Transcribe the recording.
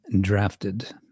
drafted